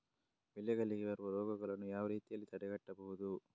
ಬೆಳೆಗಳಿಗೆ ಬರುವ ರೋಗಗಳನ್ನು ಯಾವ ರೀತಿಯಲ್ಲಿ ತಡೆಗಟ್ಟಬಹುದು?